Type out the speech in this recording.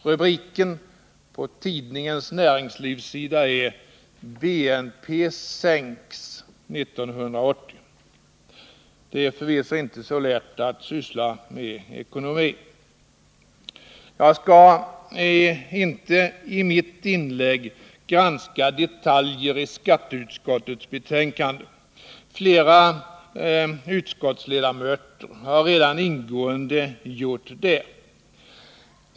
Rubriken på tidningens näringslivssida löd: BNP sänks 1980. — Det är förvisso inte så lätt att syssla med ekonomi. Jag skall inte i mitt inlägg granska detaljer i skatteutskottets betänkande. Flera utskottsledamöter har redan ingående gjort det.